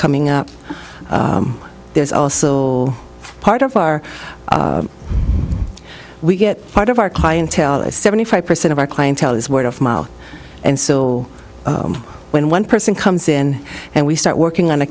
coming up there's also part of our we get part of our clientele is seventy five percent of our clientele is word of mouth and so when one person comes in and we start working on a